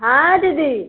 हाँ दीदी